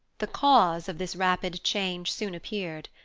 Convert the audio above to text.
the cause of this rapid change soon appeared.